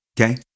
Okay